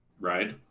Right